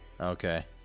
Okay